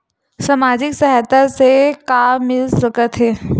सामाजिक सहायता से का मिल सकत हे?